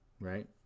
right